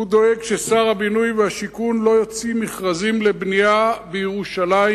הוא דואג ששר הבינוי והשיכון לא יוציא מכרזים לבנייה בירושלים,